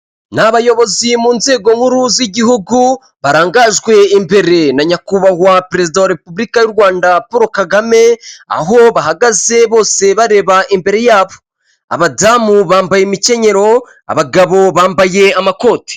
Ni abayobozi mu nzego nkuru z'igihugu barangajwe imbere na nyakubahwa perezida wa repubulika y'u Rwanda Poro Kagame aho bahagaze bose bareba imbere yabo, abadamu bambaye imikenyero abagabo bambaye amakoti.